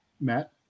Matt